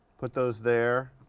put those there.